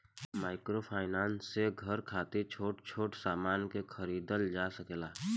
microfinance से घर खातिर छोट छोट सामान के खरीदल जा सकेला